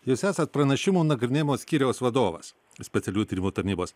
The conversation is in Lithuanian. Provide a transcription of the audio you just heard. jūs esat pranešimų nagrinėjimo skyriaus vadovas specialiųjų tyrimų tarnybos